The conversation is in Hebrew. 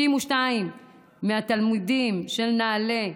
95% מהתלמידים של נעל"ה,